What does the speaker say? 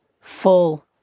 full